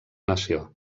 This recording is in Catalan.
nació